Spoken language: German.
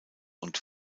und